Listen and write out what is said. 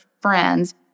friends